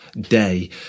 day